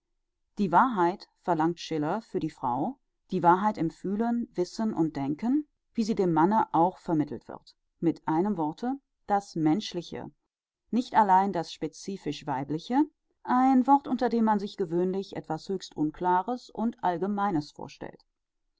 die wahrheit verlangt schiller für die frau die wahrheit im fühlen wissen und denken wie sie dem manne auch vermittelt wird mit einem worte das menschliche nicht allein das specifisch weibliche ein wort unter dem man sich gewöhnlich etwas höchst unklares und allgemeines vorstellt